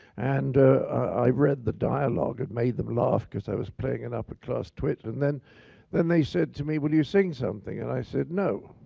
and i read the dialogue and made them laugh because i was playing an upper class twit. and then then they said to me, will you sing something? and i said, no.